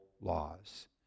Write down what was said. laws